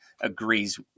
agrees